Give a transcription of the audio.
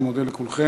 אני מודה לכולכם.